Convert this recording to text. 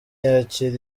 yakira